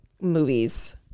movies